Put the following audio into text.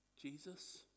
Jesus